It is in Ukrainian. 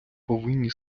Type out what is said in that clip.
повинні